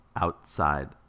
outside